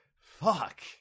fuck